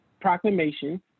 proclamation